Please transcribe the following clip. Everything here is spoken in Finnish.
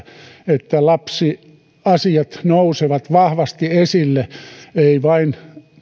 että lapsiasiat nousevat vahvasti esille eivät vain